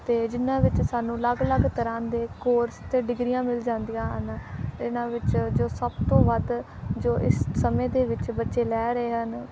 ਅਤੇ ਜਿਹਨਾਂ ਵਿੱਚ ਸਾਨੂੰ ਅਲੱਗ ਅਲੱਗ ਤਰ੍ਹਾਂ ਦੇ ਕੋਰਸ ਅਤੇ ਡਿਗਰੀਆਂ ਮਿਲ ਜਾਂਦੀਆਂ ਹਨ ਅਤੇ ਇਹਨਾਂ ਵਿੱਚ ਜੋ ਸਭ ਤੋਂ ਵੱਧ ਜੋ ਇਸ ਸਮੇਂ ਦੇ ਵਿੱਚ ਬੱਚੇ ਲੈ ਰਹੇ ਹਨ